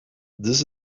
this